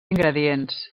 ingredients